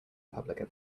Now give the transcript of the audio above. public